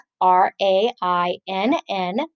R-A-I-N-N